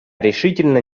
решительно